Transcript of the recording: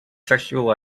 sexual